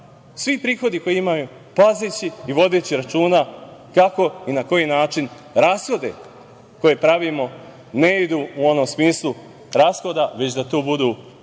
svi prihodi koje imamo, pazeći i vodeći računa kako i na koji način rashodi koje pravimo ne idu u onom smislu rashoda, već da to budu primarno